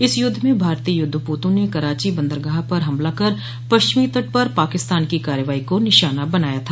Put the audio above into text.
इस युद्ध में भारतीय युद्धपोतों ने कराची बंदरगाह पर हमला कर पश्चिमी तट पर पाकिस्तान की कार्रवाई को निशाना बनाया था